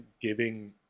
giving